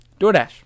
DoorDash